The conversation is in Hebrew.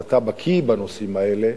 ואתה בקי בנושאים האלה,